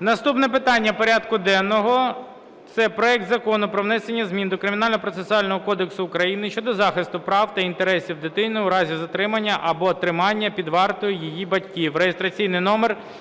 Наступне питання порядку денного – це проект Закону про внесення змін до Кримінального процесуального кодексу України щодо захисту прав та інтересів дитини у разі затримання або тримання під вартою її батьків